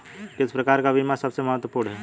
किस प्रकार का बीमा सबसे महत्वपूर्ण है?